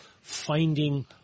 finding